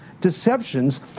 deceptions